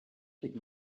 would